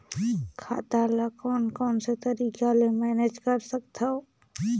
खाता ल कौन कौन से तरीका ले मैनेज कर सकथव?